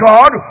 God